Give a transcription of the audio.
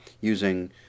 using